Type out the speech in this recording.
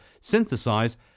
synthesize